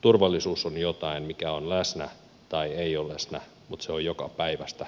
turvallisuus on jotain mikä on läsnä tai ei ole läsnä mutta se on jokapäiväistä meidän arkielämäämme